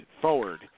forward